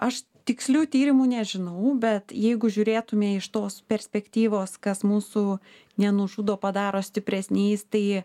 aš tikslių tyrimų nežinau bet jeigu žiūrėtume iš tos perspektyvos kas mūsų nenužudo padaro stipresniais tai